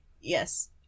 Yes